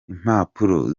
impapuro